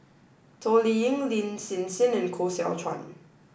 Toh Liying Lin Hsin Hsin and Koh Seow Chuan